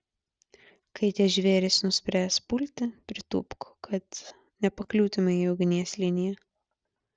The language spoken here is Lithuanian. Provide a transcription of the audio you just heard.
kai tie žvėrys nuspręs pulti pritūpk kad nepakliūtumei į ugnies liniją